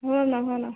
हो ना हो ना